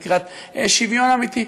לקראת שוויון אמיתי.